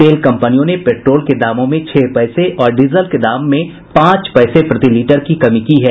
तेल कंपनियों ने पेट्रोल के दामों में छह पैसे और डीजल के दामों में पांच पैसे प्रति लीटर की कमी की है